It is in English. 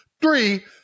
three